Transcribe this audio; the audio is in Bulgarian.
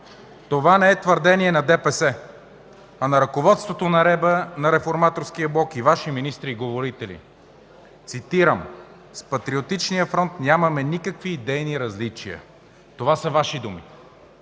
Това не е твърдение на ДПС, а на ръководството на Реформаторския блок и Ваши министри, и говорители. Цитирам: „С Патриотичния фронт нямаме никакви идейни различия” – това са Ваши думи.